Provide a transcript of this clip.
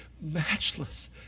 matchless